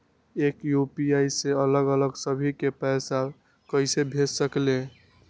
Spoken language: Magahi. एक यू.पी.आई से अलग अलग सभी के पैसा कईसे भेज सकीले?